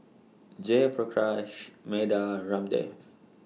Jayaprakash Medha Ramdev